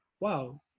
wow